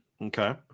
Okay